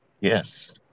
Yes